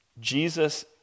Jesus